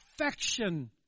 affection